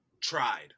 tried